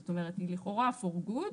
זאת אומרת, היא לכאורה for good,